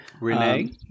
Renee